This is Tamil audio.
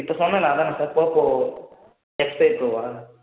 இப்போ சொன்னன்ன அதானே சார் போக்கோ எக்ஸ் ஃபைவ் ப்ரோவா